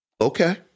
Okay